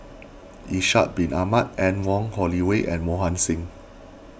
Ishak Bin Ahmad Anne Wong Holloway and Mohan Singh